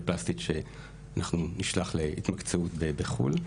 פלסטית שאנחנו נשלח להתמקצעות בחו"ל.